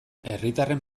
herritarren